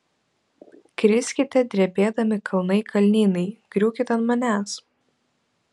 kriskite drebėdami kalnai kalnynai griūkit ant manęs